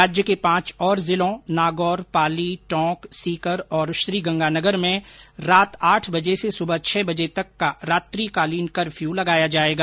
राज्य के पांच और जिलों नागौर पाली टोंक सीकर और श्रीगंगानगर में रात्र आठ बजे से सुबह छह बजे तक का रात्रिकालीन कफ्यू लगाया जाएगा